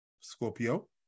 Scorpio